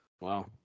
Wow